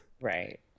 Right